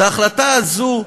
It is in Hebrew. את ההחלטה הזו,